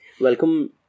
Welcome